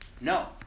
No